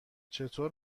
چطور